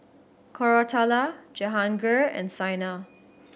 Koratala Jehangirr and Saina